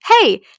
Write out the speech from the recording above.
Hey